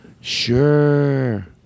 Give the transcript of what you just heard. Sure